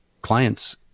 clients